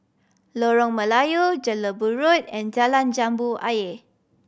Lorong Melayu Jelebu Road and Jalan Jambu Ayer